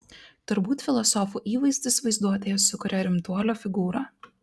turbūt filosofų įvaizdis vaizduotėje sukuria rimtuolio figūrą